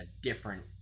different